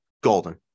Golden